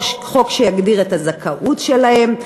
חוק שיגדיר את הזכאות שלהם,